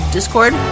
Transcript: Discord